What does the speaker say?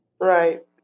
Right